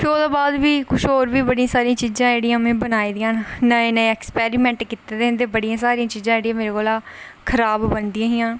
फिर ओह्दे बाद बी किश होर जेह्ड़ियां चीज़ां में बनाई दियां हियां नए नए एक्सपेरीमेंट कीते दे हे ते बड़ियां सारियां चीज़ां जेह्कियां खराब बनदियां हियां